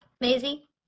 Maisie